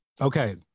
Okay